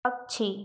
पक्षी